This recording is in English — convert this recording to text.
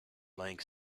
laying